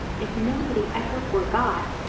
if nobody ever forgot,